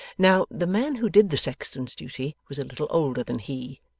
now, the man who did the sexton's duty was a little older than he,